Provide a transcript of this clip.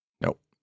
Nope